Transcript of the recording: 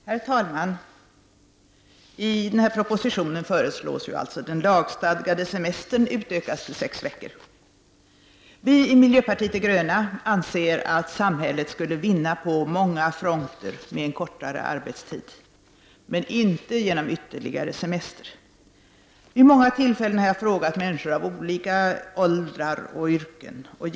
Herr talman! I den proposition som nu behandlas föreslås alltså att den lagstadgade semestern utökas till sex veckor. Vi i miljöpartiet de gröna anser att samhället skulle vinna på många fronter med en kortare arbetstid, men inte genom ytterligare semester. Vid många tillfällen har jag frågat människor av olika åldrar och med olika yrken.